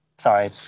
Sorry